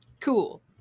Cool